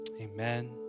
amen